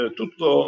tutto